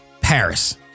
Paris